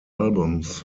albums